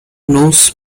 knows